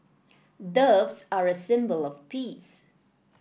doves are a symbol of peace